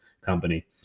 company